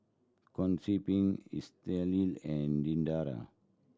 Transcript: Concepcion Estell and Diandra